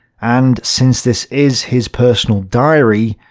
and since this is his personal diary,